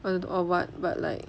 or or what but like